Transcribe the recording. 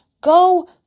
go